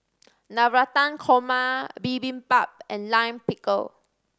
Navratan Korma Bibimbap and Lime Pickle